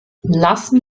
lassen